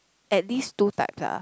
at least two types ah